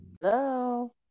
Hello